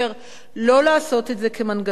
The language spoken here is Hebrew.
לא לעשות את זה כמנגנון הצבעה.